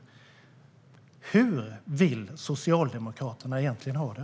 Hur vill Socialdemokraterna ha det egentligen?